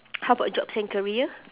how about jobs and career